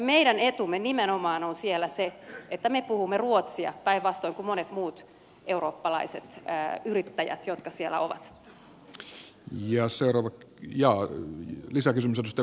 meidän etumme nimenomaan on siellä se että me puhumme ruotsia päinvastoin kuin monet muut eurooppalaiset yrittäjät jotka siellä ovat